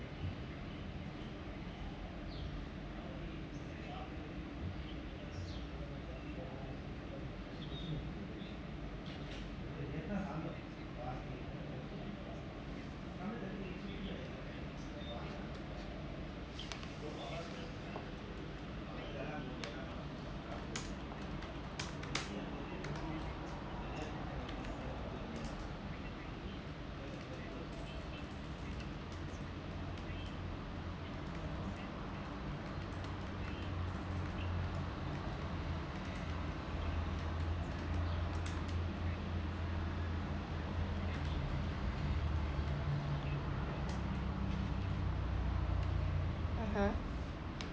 (uh huh)